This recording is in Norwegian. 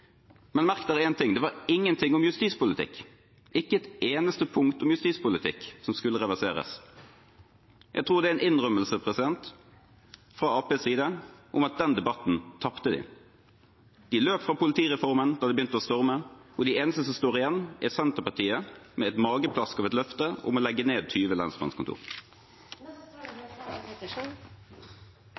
Men merk dere én ting. Det var ingenting om justispolitikk, ikke et eneste punkt om justispolitikk, som skulle reverseres. Jeg tror det er en innrømmelse fra Arbeiderpartiets side om at de tapte den debatten. De løp fra politireformen da det begynte å storme. De eneste som står igjen, er Senterpartiet med et mageplask av et løfte om å gjenopprette 20